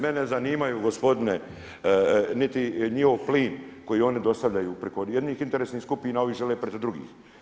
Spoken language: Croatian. Mene ne zanimaju gospodine niti njihov plin koji oni dostavljaju preko jednih interesnih skupina, a ovi žele protiv drugih.